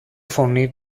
φωνή